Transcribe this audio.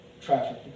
traffic